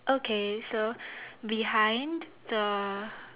okay so behind the